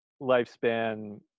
lifespan